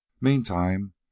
Meantime